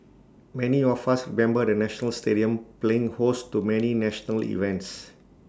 many of us remember the national stadium playing host to many national events